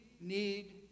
need